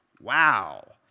Wow